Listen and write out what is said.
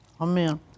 Amen